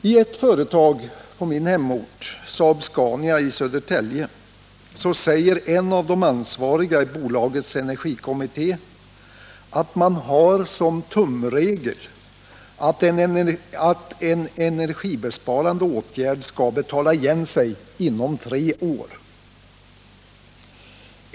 I ett företag i min hemort — Saab-Scania i Södertälje — säger en av de ansvariga i bolagets energikommitté att man har som tumregel att en energibesparande åtgärd skall betala sig inom tre år.